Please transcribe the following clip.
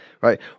right